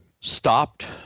stopped